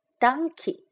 Donkey